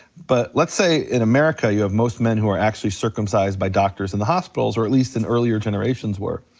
but let's say in america, you have most men who are actually circumcised by doctors in the hospitals, or at least in earlier generations were.